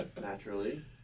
Naturally